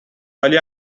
ولی